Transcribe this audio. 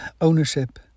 Ownership